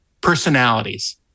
personalities